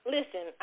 Listen